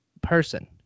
person